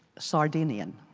sardine yanan.